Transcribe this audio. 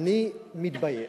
שאני מתבייש.